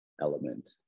element